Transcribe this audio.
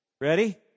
Ready